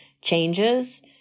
changes